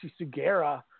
Sugera